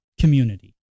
community